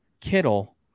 Kittle